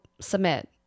submit